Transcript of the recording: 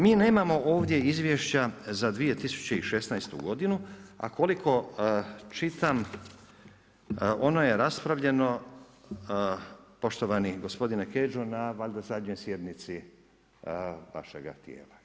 Mi nemamo ovdje izvješća za 2016.g. a koliko čitam, ono je raspravljeno, poštovani gospodine Kedžo, na valjda, zadnjoj sjednici vašega tijela.